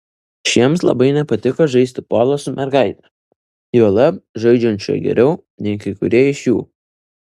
šiems labai nepatiko žaisti polą su mergaite juolab žaidžiančia geriau nei kai kurie iš jų